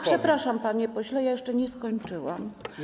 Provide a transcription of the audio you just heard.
Przepraszam, panie pośle, jeszcze nie skończyłam.